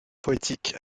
poétique